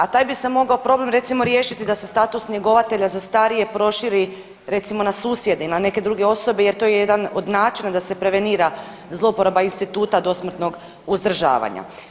A taj bi se mogao problem recimo riješiti da se status njegovatelja za starije proširi recimo na susjede i na neke druge osobe jer to je jedan od načina da se prevenira zlouporaba instituta dosmrtnog uzdržavanja.